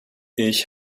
ich